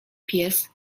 pies